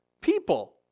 people